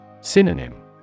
Synonym